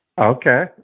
Okay